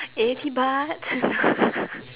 eighty bahts